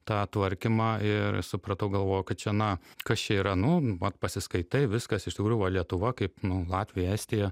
tą tvarkymą ir supratau galvojau kad čia na kas čia yra nu vat pasiskaitai viskas iš tikrųjų va lietuva kaip latvija estija